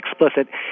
explicit